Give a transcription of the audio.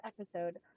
episode